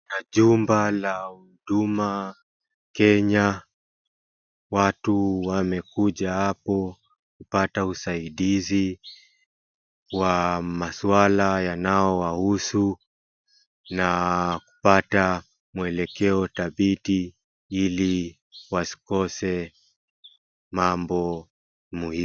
Kwa jumba la huduma kenya watu wamekuja hapo kupata usaidizi wa maswala yanayowahusu na kupata mwelekeo dhabiti ili wasikose mambo muhimu.